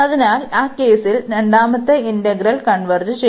അതിനാൽ ആ കേസിൽ രണ്ടാമത്തെ ഇന്റഗ്രൽ കൺവെർജ് ചെയ്യുന്നു